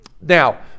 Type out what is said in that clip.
now